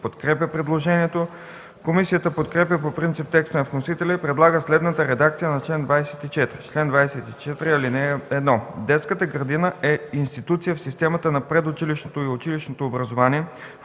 подкрепя предложението. Комисията подкрепя по принцип текста на вносителя и предлага следната редакция на чл. 24: „Чл. 24. (1) Детската градина е институция в системата на предучилищното и училищното образование,